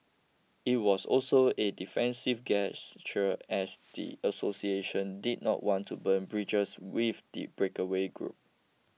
it was also a defensive gesture as the association did not want to burn bridges with the breakaway group